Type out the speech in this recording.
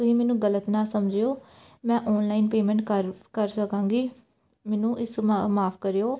ਤੁਸੀਂ ਮੈਨੂੰ ਗਲਤ ਨਾ ਸਮਝਿਓ ਮੈਂ ਔਨਲਾਈਨ ਪੇਮੈਂਟ ਕਰ ਕਰ ਸਕਾਂਗੀ ਮੈਨੂੰ ਇਸ ਮਾ ਮਾਫ਼ ਕਰਿਓ